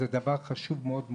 זה דבר חשוב מאוד מאוד,